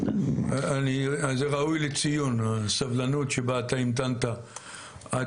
זה ראוי לציון הסבלנות שבה אתה המתנת עד